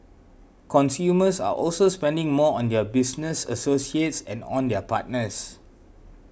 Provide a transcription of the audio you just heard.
consumers are also spending more on their business associates and on their partners